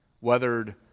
weathered